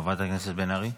חבר הכנסת בן ארי.